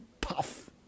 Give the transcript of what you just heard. puff